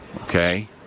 okay